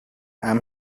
i’m